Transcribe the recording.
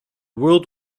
world